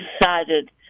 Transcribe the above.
decided